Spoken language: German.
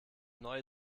neue